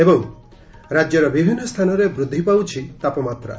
ଏବଂ ରାଜ୍ୟର ବିଭିନ୍ନ ସ୍ଥାନରେ ବୃଦ୍ଧି ପାଉଛି ତାପମାତ୍ରା